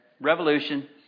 Revolution